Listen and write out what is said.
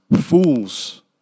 fools